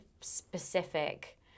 specific